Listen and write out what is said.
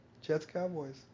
Jets-Cowboys